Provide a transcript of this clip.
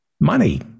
money